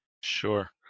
sure